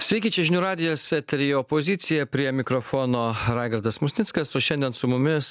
sveiki čia žinių radijas eteryje opozicija prie mikrofono raigardas musnickas o šiandien su mumis